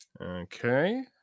Okay